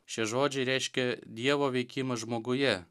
šie žodžiai reiškia dievo veikimą žmoguje